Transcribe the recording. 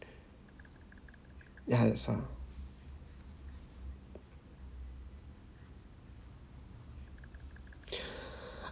ya that's all